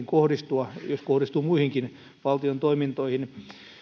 kohdistua jos kohdistuu muihinkin valtion toimintoihin